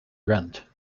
rent